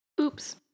Oops